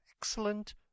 excellent